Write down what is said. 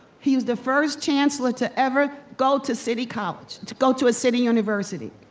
he is the first chancellor to ever go to city college, to go to a city university,